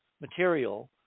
material